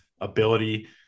ability